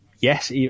Yes